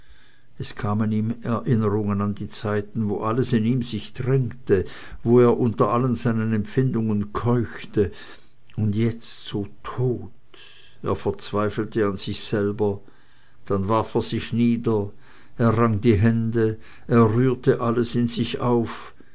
es kamen ihm erinnerungen an die zeiten wo alles in ihm sich drängte wo er unter all seinen empfindungen keuchte und jetzt so tot er verzweifelte an sich selbst dann warf er sich nieder er rang die hände er rührte alles in sich auf